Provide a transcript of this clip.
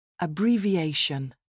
Abbreviation